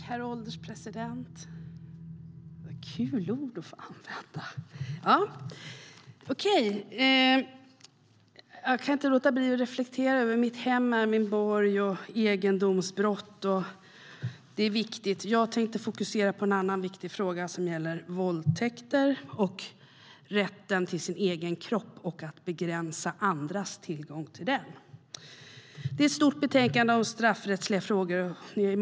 Herr ålderspresident! Jag kan inte låta bli att reflektera såväl över att min hem är min borg som över egendomsbrott och liknande. Jag tänkte dock fokusera på en annan viktig fråga, nämligen våldtäkter, rätten till den egna kroppen och begränsning av andras tillgång till den. Det här är ett stort betänkande om straffrättsliga frågor.